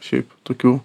šiaip tokių